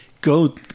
Go